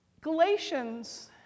Galatians